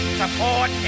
support